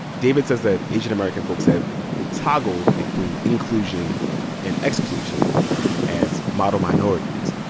david says that asian american folks have toggled between inclusion and exclusion as model minorities.